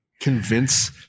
convince